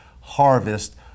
harvest